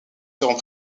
seront